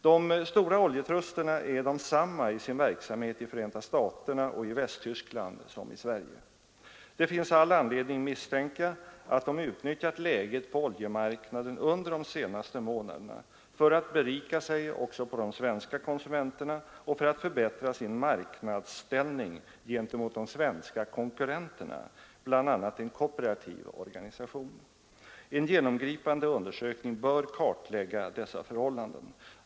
De stora oljetrusterna är desamma i sin verksamhet i Förenta staterna och i Västtyskland som i Sverige. Det finns all anledning misstänka att de utnyttjat läget på oljemarknaden under de senaste månaderna för att berika sig också på de svenska konsumenterna och för att förbättra sin marknadsställning gentemot de svenska konkurrenterna bl.a. en kooperativ organisation. En genomgripande undersökning bör kartlägga dessa förhållanden.